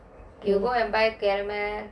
go go and buy caramel